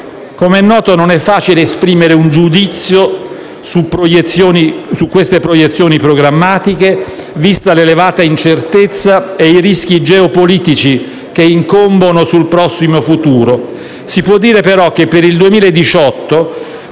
Come è noto, non è facile esprimere un giudizio su queste proiezioni programmatiche, visti l'elevata incertezza e i rischi geopolitici che incombono sul prossimo futuro. Si può dire, però, che per il 2018